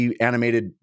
animated